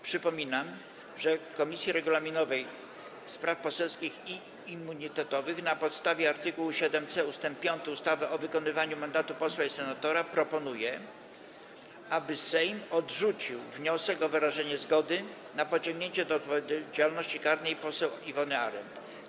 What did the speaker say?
Przypominam, że Komisja Regulaminowa, Spraw Poselskich i Immunitetowych na podstawie art. 7c ust. 5 ustawy o wykonywaniu mandatu posła i senatora proponuje, aby Sejm odrzucił wniosek o wyrażenie zgody na pociągnięcie do odpowiedzialności karnej poseł Iwony Arent.